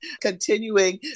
continuing